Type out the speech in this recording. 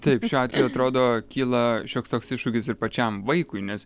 taip šiuo atveju atrodo kyla šioks toks iššūkis ir pačiam vaikui nes